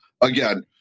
again